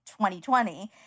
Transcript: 2020